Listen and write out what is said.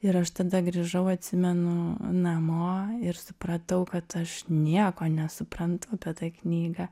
ir aš tada grįžau atsimenu namo ir supratau kad aš nieko nesuprantu apie tą knygą